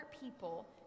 people